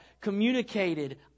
communicated